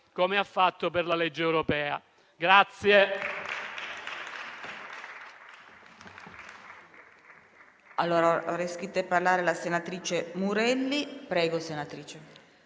come ha fatto per la legge europea.